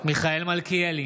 מיכאל מלכיאלי,